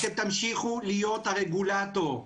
אתם תמשיכו להיות הרגולטור,